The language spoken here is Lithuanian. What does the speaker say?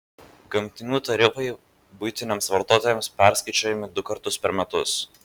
gamtinių tarifai buitiniams vartotojams perskaičiuojami du kartus per metus